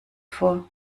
vor